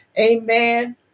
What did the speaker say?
Amen